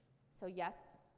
so yes,